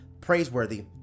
praiseworthy